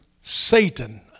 Satan